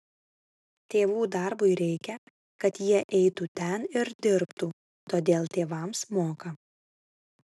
tėvų darbui reikia kad jie eitų ten ir dirbtų todėl tėvams moka